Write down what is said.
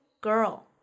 girl